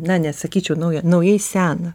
na nesakyčiau naują naujai seną